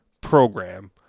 program